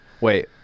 Wait